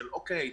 "אוקיי,